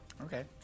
Okay